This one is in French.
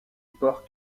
port